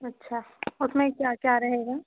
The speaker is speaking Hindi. अच्छा उस में क्या क्या रहेगा